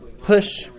push